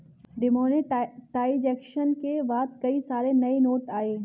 demonetisation के बाद कई सारे नए नोट आये